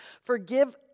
Forgive